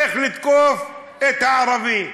איך לתקוף את הערבי.